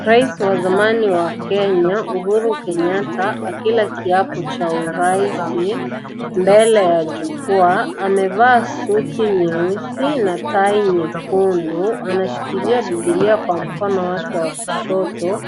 Raisi wa zamani wa Kenya, Uhuru Kenyatta, akila kiapo cha uraisi, mbele ya jukwaa. Amevaa suti nyeusi na tai nyekundu, Anashikilia biblia kwa mukono wake wa kushoto